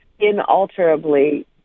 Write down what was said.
inalterably